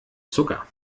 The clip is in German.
zucker